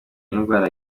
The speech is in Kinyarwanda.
indwara